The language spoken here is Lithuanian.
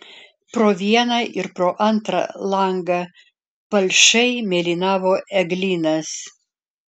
pro vieną ir pro antrą langą palšai mėlynavo eglynas